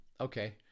Okay